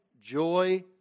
joy